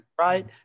Right